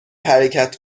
حرکت